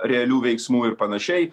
realių veiksmų ir panašiai